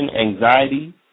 anxiety